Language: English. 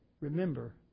remember